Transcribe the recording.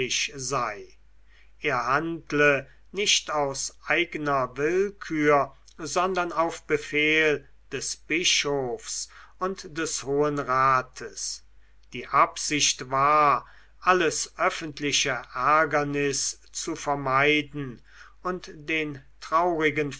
sei er handle nicht aus eigner willkür sondern auf befehl des bischofs und des hohen rates die absicht war alles öffentliche ärgernis zu vermeiden und den traurigen